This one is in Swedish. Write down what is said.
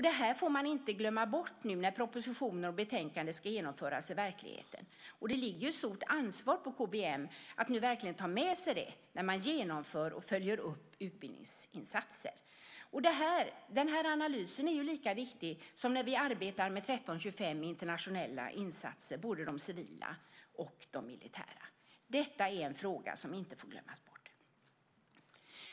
Det får inte glömmas bort nu när förslagen i propositionen och betänkandet ska genomföras i verkligheten. Det ligger ett stort ansvar på Krisberedskapsmyndigheten att ta med detta när de genomför och följer upp utbildningsinsatser. Den analysen är lika viktig som när vi i internationella insatser, både de civila och de militära, arbetar med resolution 1325. Detta är en fråga som inte får glömmas bort.